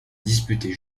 disputé